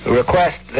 request